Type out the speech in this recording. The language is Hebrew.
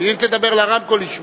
אם תדבר לרמקול ישמעו.